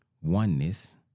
oneness